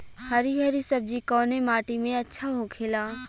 हरी हरी सब्जी कवने माटी में अच्छा होखेला?